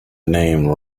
name